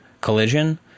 collision